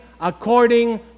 according